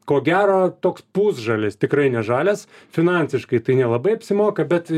ko gero toks pusžalis tikrai ne žalias finansiškai tai nelabai apsimoka bet